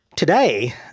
Today